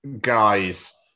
guys